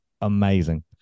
amazing